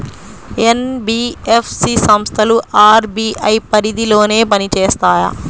NBFC సంస్థలు RBI పరిధిలోనే పని చేస్తాయా?